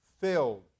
filled